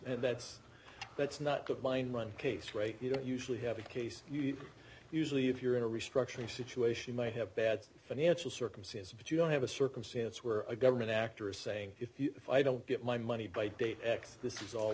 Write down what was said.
and that's that's not good line one case where you don't usually have a case usually if you're in a restructuring situation may have bad financial circumstances but you don't have a circumstance where a government actor is saying if i don't get my money by date x this is all